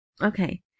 Okay